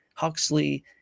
Huxley